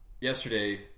Yesterday